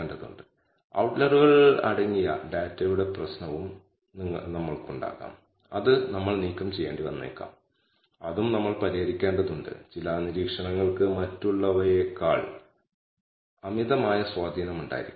ഇതിൽ Sxx ഡാറ്റയിൽ നിന്ന് കണക്കാക്കാം ഡാറ്റയിൽ നിന്ന് σ കണക്കാക്കാം എന്നാൽ പിശകിന്റെ വ്യതിയാനത്തെക്കുറിച്ച് നമുക്ക് അറിവുണ്ടാകാം അല്ലെങ്കിൽ ഇല്ലായിരിക്കാം